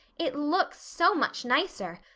it looks so much nicer.